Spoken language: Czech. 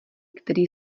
který